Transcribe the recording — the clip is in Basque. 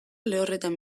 lehorretan